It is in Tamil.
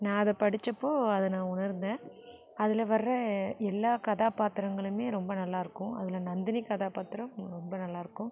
நான் அதை படிச்சப்போ அதை நான் உணர்ந்தேன் அதில் வர எல்லா கதாபாத்திரங்களுமே ரொம்ப நல்லாருக்கும் அதில் நந்தினி கதாபாத்திரம் ரொம்ப நல்லாருக்கும்